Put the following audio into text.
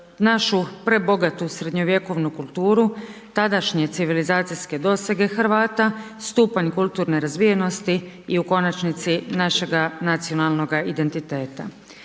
našu prebogatu srednjovjekovnu kulturu tadašnje civilizacijske dosege Hrvata, stupanj kulturne razvijenosti i u konačnosti našega nacionalnoga identiteta.